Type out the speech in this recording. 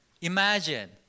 Imagine